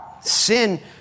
Sin